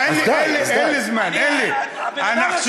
אז די, אז די.